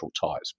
ties